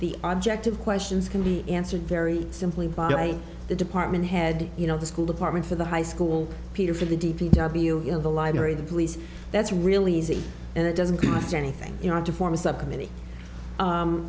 the object of questions can be answered very simply by the department head you know the school department for the high school peter for the d p w you know the library the police that's really easy and it doesn't cost anything you know to form a subcommittee